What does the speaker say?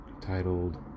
titled